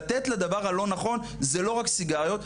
לתת לדבר הלא נכון זה לא רק סיגריות,